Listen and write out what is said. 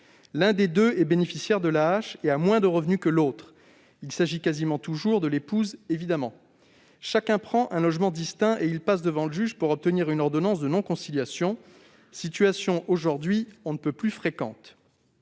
L'un des deux conjoints est bénéficiaire de l'AAH et a moins de revenus que l'autre ; il s'agit presque toujours, évidemment, de l'épouse. Chacun prend un logement distinct ; ils passent devant le juge pour obtenir une ordonnance de non-conciliation, situation aujourd'hui on ne peut plus fréquente.